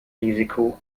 risiko